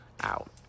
out